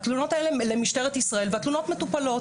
התלונות האלה הן למשטרת ישראל והן מטופלות.